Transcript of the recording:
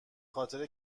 خاطر